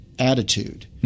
Attitude